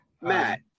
Matt